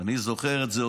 אני זוכר את זה,